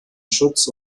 schutz